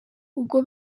ubwo